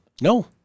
No